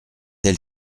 elle